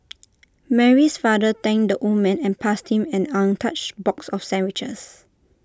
Mary's father thanked the old man and passed him an untouched box of sandwiches